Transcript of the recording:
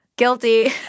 Guilty